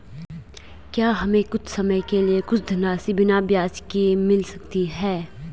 क्या हमें कुछ समय के लिए कुछ धनराशि बिना ब्याज के मिल सकती है?